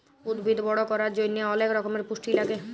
উদ্ভিদ বড় ক্যরার জন্হে অলেক রক্যমের পুষ্টি লাগে